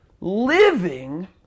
living